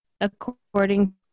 according